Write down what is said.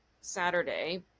saturday